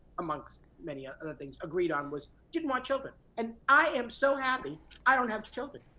amongst many ah other things, agreed on, was didn't want children. and i am so happy i don't have children.